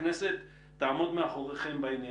הכנסת תעמוד מאחוריכם בעניין.